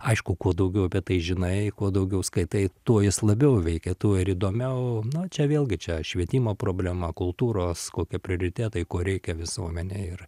aišku kuo daugiau apie tai žinai kuo daugiau skaitai tuo jis labiau veikia tuo ir įdomiau nu čia vėlgi čia švietimo problema kultūros kokie prioritetai ko reikia visuomenei ir